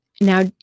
Now